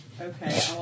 Okay